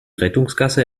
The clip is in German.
rettungsgasse